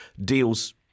deals